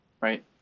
right